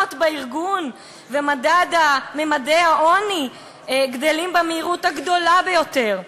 בארגון וממדי העוני גדלים במהירות הגדולה ביותר,